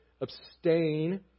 abstain